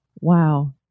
Wow